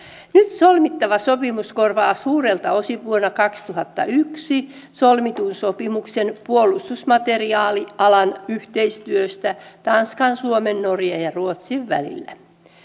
solmittava sopimus korvaa suurelta osin vuonna kaksituhattayksi solmitun sopimuksen puolustusmateriaalialan yhteistyöstä tanskan suomen norjan ja ruotsin välillä